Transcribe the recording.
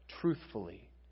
truthfully